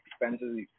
expenses